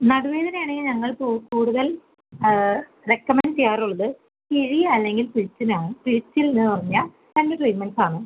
നടുവേദന ആണെങ്കിൽ ഞങ്ങൾ കൂ കൂടുതൽ റെക്കമെൻഡ് ചെയ്യാറുള്ളത് കിഴി അല്ലെങ്കിൽ പിഴിച്ചിലാണ് പിഴിച്ചിൽ എന്ന് പറഞ്ഞാൽ രണ്ട് ട്രീറ്റ്മെൻറ്സ് ആണ്